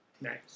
Nice